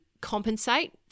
compensate